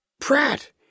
Pratt